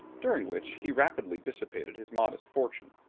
during which he rapidly dissipated his modest fortune.